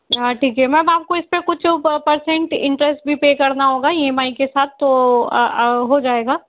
ठीक है मैम आपको इस पे कुछ परसेंट इंटरेस्ट भी पे करना होगा ई एम आई के साथ तो हो जाएगा